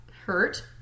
hurt